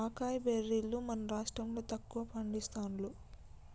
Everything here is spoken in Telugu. అకాయ్ బెర్రీలు మన రాష్టం లో తక్కువ పండిస్తాండ్లు